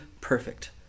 perfect